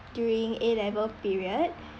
during A level period